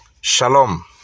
Shalom